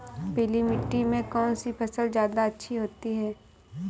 पीली मिट्टी में कौन सी फसल ज्यादा अच्छी होती है?